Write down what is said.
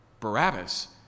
Barabbas